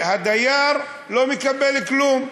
והדייר לא מקבל כלום,